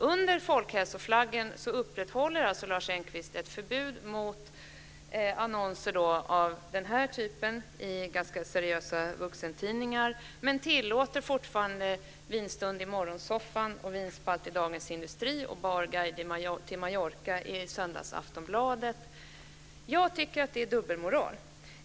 Under folkhälsoflaggen upprätthåller Lars Engqvist ett förbud mot sådana här annonser i ganska seriösa vuxentidningar men tillåter fortfarande vinstund i morgonsoffan, vinspalt i Dagens Industri och barguide till Mallorca i söndagsnumret av Aftonbladet. Jag tycker att detta är dubbelmoral.